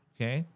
Okay